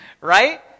Right